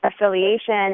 affiliation